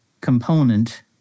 component